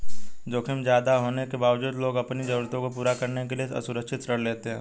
जोखिम ज्यादा होने के बावजूद लोग अपनी जरूरतों को पूरा करने के लिए असुरक्षित ऋण लेते हैं